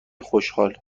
خوشحال